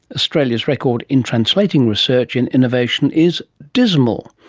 australia's record in translating research and innovation is dismal.